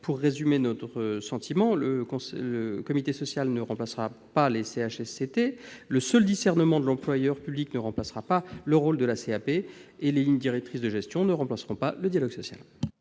Pour résumer notre sentiment, le comité social ne remplacera les CHSCT. Le seul discernement de l'employeur public ne remplacera pas le rôle de la CAP. Et les lignes directrices de gestion ne remplaceront pas le dialogue social